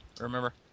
Remember